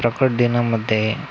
प्रकट दिनामध्ये